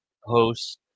host